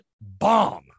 bomb